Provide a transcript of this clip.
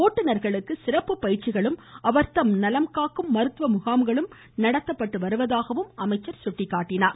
ஓட்டுனர்களுக்கு சிறப்பு பயிற்சிகளும் அவர்களின் நலன் காக்கும் மருத்துவ முகாம்களும் நடத்தப்பட்டு வருவதாகவும் அமைச்சர் கூறினார்